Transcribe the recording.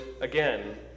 again